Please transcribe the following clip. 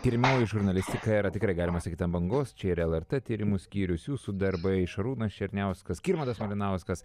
tiriamoji žurnalistika yra tikrai galima sakyt ant bangos čia ir lrt tyrimų skyrius jūsų darbai šarūnas černiauskas skirmantas malinauskas